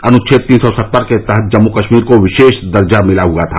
अनुच्छेद तीन सौ सत्तर के तहत जम्मू कश्मीर को विशेष दर्जा मिला हुआ था